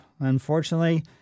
unfortunately